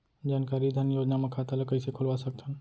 जानकारी धन योजना म खाता ल कइसे खोलवा सकथन?